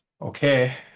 okay